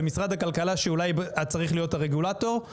למשרד הכלכלה שאולי היה צריך להיות הרגולטור,